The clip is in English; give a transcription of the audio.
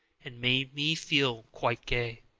and made me feel quite gay.